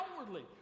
outwardly